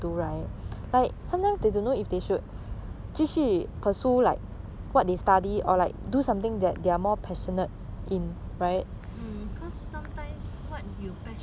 mm cause sometimes what you're passionate in 不代表 it's something that you can do